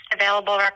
available